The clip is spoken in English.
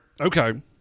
Okay